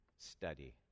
Study